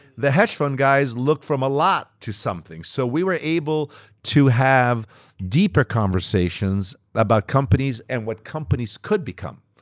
the hedge fund guys look from a lot to something. so we were able to have deeper conversations about companies and what companies could become,